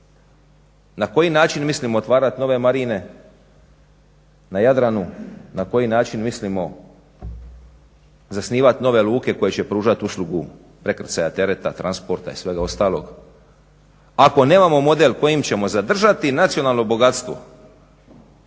Na koji način mislimo otvarati nove marine na Jadranu, na koji način mislimo zasnivati nove luke koje će pružati prekrcaja tereta, transporta i svega ostalog ako nemamo model kojim ćemo zadržati nacionalno bogatstvo